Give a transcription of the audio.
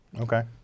okay